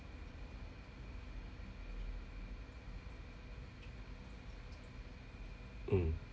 mm